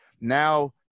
Now